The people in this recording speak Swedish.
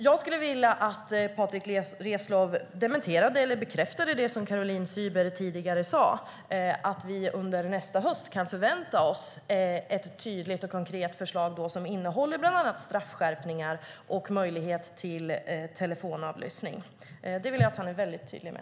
Jag skulle vilja att Patrick Reslow dementerar eller bekräftar det som Caroline Szyber tidigare sade, att vi under nästa höst kan förvänta oss ett tydligt och konkret förslag som bland annat innehåller straffskärpningar och möjlighet till telefonavlyssning. Det vill jag att han är väldigt tydlig med.